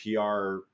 PR